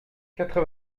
quatre